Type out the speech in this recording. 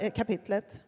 kapitlet